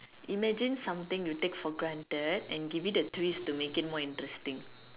imagine something you take for granted and give it a twist to make it more interesting